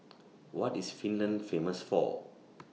What IS Finland Famous For